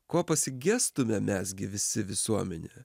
ko pasigestume mes gi visi visuomenė